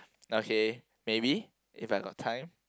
okay maybe if I got time